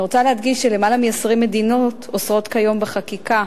אני רוצה להדגיש שלמעלה מ-20 מדינות אוסרות כיום בחקיקה